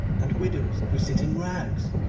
and widows who sit in rags.